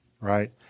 right